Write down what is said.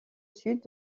sud